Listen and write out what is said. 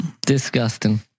Disgusting